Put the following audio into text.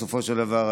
בסופו של דבר,